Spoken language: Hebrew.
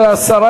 זה הסרה,